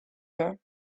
her